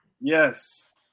Yes